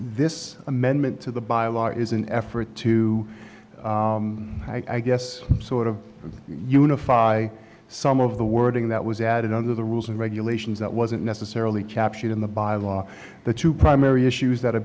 this amendment to the by a lot is an effort to i guess sort of unify some of the wording that was added under the rules and regulations that wasn't necessarily captured in the by law the two primary issues that are